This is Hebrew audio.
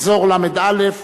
מחזור ל"א,